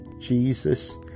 Jesus